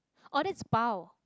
oh that's bao